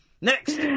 Next